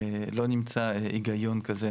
לא נמצא היגיון כזה,